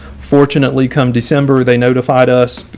fortunately, come december, they notified us.